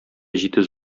җитез